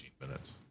minutes